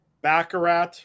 baccarat